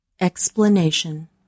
Explanation